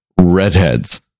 redheads